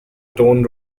torn